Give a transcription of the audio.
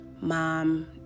mom